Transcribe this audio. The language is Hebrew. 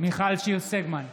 מיכל שיר סגמן,